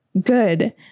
good